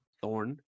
Thorn